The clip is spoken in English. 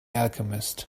alchemist